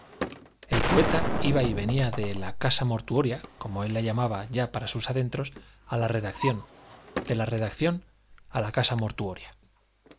el poeta iba y venía de la casa mortuoria como él la llamaba ya para sus adentros a la redacción de la redacción a la casa mortuoria